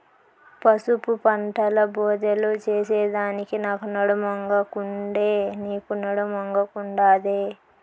పసుపు పంటల బోదెలు చేసెదానికి నాకు నడుమొంగకుండే, నీకూ నడుమొంగకుండాదే